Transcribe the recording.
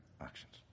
actions